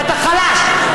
ואתה חלש,